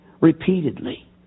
Repeatedly